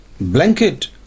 blanket